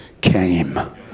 came